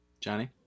Johnny